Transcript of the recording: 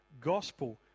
gospel